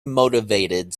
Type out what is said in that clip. motivated